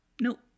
No